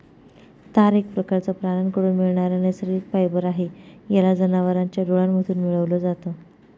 तार एक प्रकारचं प्राण्यांकडून मिळणारा नैसर्गिक फायबर आहे, याला जनावरांच्या डोळ्यांमधून मिळवल जात